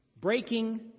Breaking